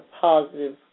positive